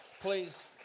please